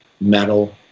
metal